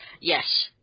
Yes